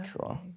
Cool